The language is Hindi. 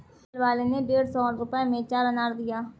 फल वाले ने डेढ़ सौ रुपए में चार अनार दिया